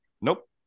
Nope